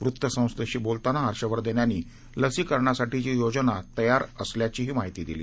वृत्तसंस्थेशीबोलतानाहर्षवर्धनयांनीलसीकरणासाठीचीयोजनातयारअसल्याचीहीमाहितीदिली